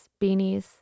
beanies